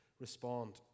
respond